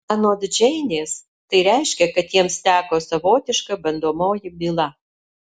anot džeinės tai reiškia kad jiems teko savotiška bandomoji byla